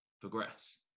progress